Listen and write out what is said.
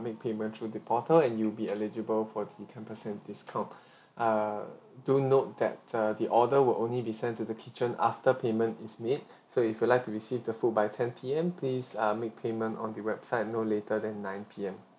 make payment through the portal and you'll be eligible for the ten percent discount err do note that uh the order will only be sent to the kitchen after payment is made so if you'd like to receive the food by ten P_M please uh make payment on the website no later than nine P_M